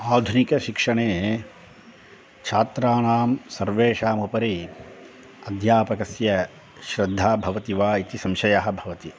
आधुनिकशिक्षणे छात्राणां सर्वेषामुपरि अध्यापकस्य श्रद्धा भवति वा इति संशयः भवति